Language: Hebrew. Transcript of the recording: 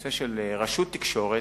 הנושא של רשות תקשורת.